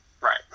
Right